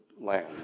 land